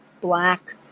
black